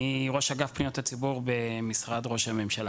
אני ראש אגף פניות הציבור במשרד ראש הממשלה.